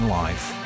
life